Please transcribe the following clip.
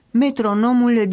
metronomul